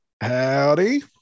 Howdy